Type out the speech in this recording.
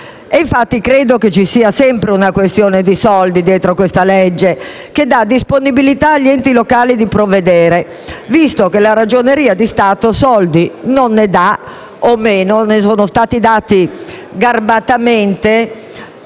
infatti che ci sia sempre una questione di soldi dietro questo disegno di legge che dà disponibilità agli enti locali di provvedere, visto che la Ragioneria di Stato soldi non ne dà, o almeno ne sono stati dati garbatamente,